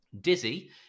Dizzy